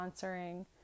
sponsoring